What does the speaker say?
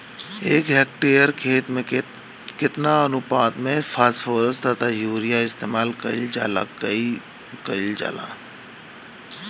एक हेक्टयर खेत में केतना अनुपात में फासफोरस तथा यूरीया इस्तेमाल कईल जाला कईल जाला?